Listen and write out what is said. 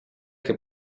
che